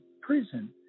prison